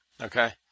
Okay